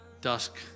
Dusk